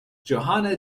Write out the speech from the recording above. johanna